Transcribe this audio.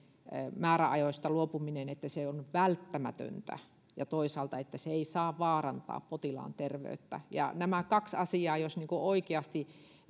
määräajoista luopuminen on välttämätöntä ja toisaalta se että se ei saa vaarantaa potilaan terveyttä ja jos nämä kaksi asiaa oikeasti